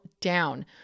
down